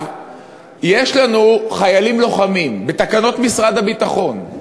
יש לנו חיילים לוחמים בתקנות משרד הביטחון.